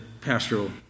pastoral